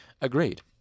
Agreed